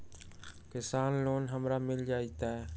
किसान लोन हमरा मिल जायत?